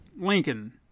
Lincoln